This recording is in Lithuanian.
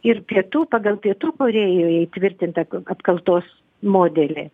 ir pietų pagal pietų korėjoje įtvirtintą apkaltos modelį